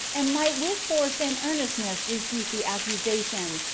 and might with force and earnestness refute the accusation,